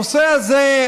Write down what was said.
הנושא הזה,